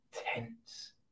tense